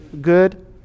good